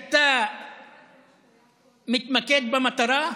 כשאתה מתמקד במטרה,